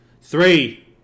Three